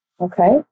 Okay